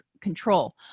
control